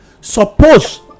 suppose